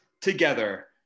together